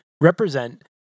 represent